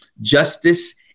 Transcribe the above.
justice